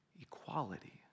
equality